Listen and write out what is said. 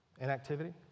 Inactivity